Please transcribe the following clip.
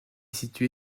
située